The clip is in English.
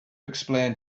explain